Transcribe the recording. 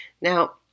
Now